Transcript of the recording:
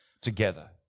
together